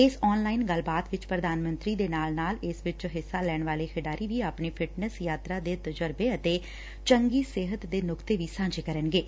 ਇਸ ਆਨਲਾਈਨ ਗੱਲਬਾਤ ਚ ਪ੍ਰਧਾਨ ਮੰਤਰੀ ਦੇ ਨਾਲ ਨਾਲ ਇਸ ਚ ਹਿੱਸਾ ਲੈਣ ਵਾਲੇ ਖਿਡਾਰੀ ਵੀ ਆਪਣੀ ਫਿਟਨੈਸ ਯਾਤਰਾ ਦੇ ਤਜ਼ਰਬੇ ਅਤੇ ਚੰਗੀ ਸਿਹਤ ਦੇ ਨੁਕਤੇ ਵੀ ਸਾਂਝੇ ਕਰਨਗੇ